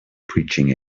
preaching